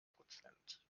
prozent